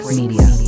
media